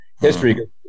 history